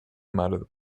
matter